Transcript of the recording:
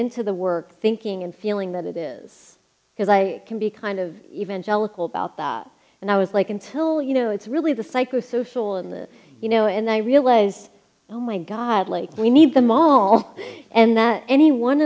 into the work thinking and feeling that it is because i can be kind of evangelical about that and i was like until you know it's really the psychosocial in that you know and i realized oh my god like we need them all and that any one